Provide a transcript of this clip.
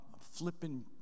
flipping